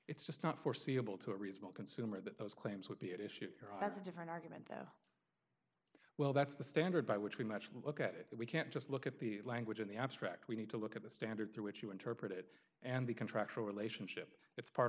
it's just not foreseeable to a reasonable consumer that those claims would be at issue here as a different argument though well that's the standard by which we match look at it we can't just look at the language in the abstract we need to look at the standard through which you interpret it and the contractual relationship it's part